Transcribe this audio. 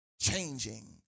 changing